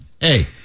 hey